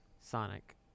Sonic